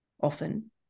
often